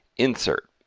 insert,